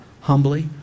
humbly